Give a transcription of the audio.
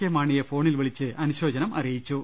K മാണിയെ ഫോണിൽ വിളിച്ച് അനുശോചനം അറി യിച്ചു